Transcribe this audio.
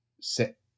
sit